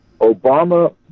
Obama